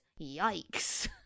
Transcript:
yikes